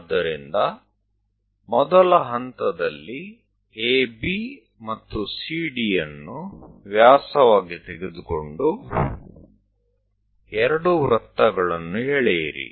ಆದ್ದರಿಂದ ಮೊದಲ ಹಂತದಲ್ಲಿ AB ಮತ್ತು CD ಯನ್ನು ವ್ಯಾಸವಾಗಿ ತೆಗೆದುಕೊಂಡು ಎರಡು ವೃತ್ತಗಳನ್ನು ಎಳೆಯಿರಿ